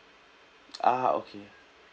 ah okay